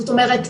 זאת אומרת,